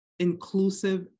inclusive